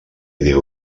idea